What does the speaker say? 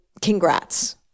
congrats